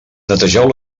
netegeu